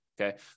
Okay